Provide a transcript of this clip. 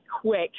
quick